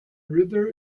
river